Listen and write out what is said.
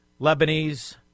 Lebanese